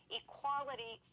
equality